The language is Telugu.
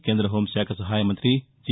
కేంద్రద హోంశాఖ సహాయ మంత్రి జి